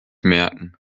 merken